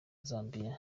zambia